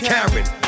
Karen